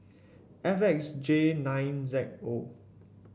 F X J nine Z O